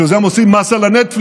בשביל זה הם עושים מס על הנטפליקס,